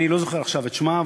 אני לא זוכר עכשיו את שמה,